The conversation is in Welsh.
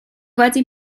wedi